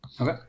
Okay